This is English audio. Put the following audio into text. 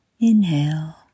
Inhale